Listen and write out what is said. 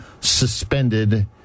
suspended